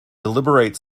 deliberate